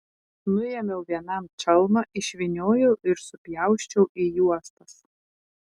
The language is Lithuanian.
nuėmiau vienam čalmą išvyniojau ir supjausčiau į juostas